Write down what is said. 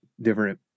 different